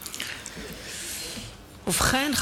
ובכן,